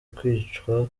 kwicwa